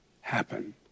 happen